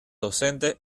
docentes